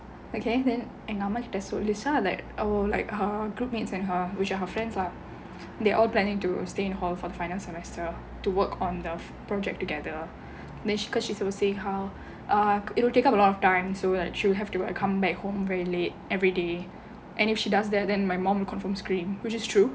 okay then எங்க அம்மா கிட்ட சொல்லுச்சா:enga amma kitta solluchaa so I like her group mates and her which are her friends lah they all planning to stay in hall for the final semester to work on the project together then she because she say see how ah it will take up a lot of time so like she will have to I come back home very late every day and if she does that then my mom confirm scream which is true